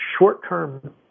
short-term